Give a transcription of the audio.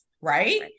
Right